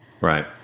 right